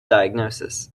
diagnosis